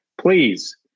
Please